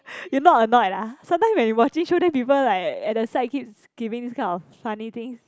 you not annoyed lah sometimes when you wear this shoes then people like at the side keep giving this kind of funny thing